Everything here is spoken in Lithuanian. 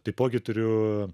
taipogi turiu